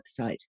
website